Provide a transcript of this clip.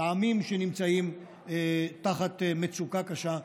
לעמים שנמצאים תחת מצוקה קשה,